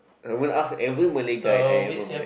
I won't ask every Malay guy I ever met